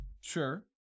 sure